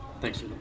Thanks